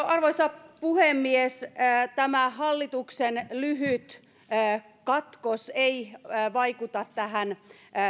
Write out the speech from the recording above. arvoisa puhemies tämä hallituksen lyhyt katkos ei vaikuta tähän